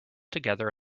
together